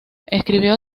escribió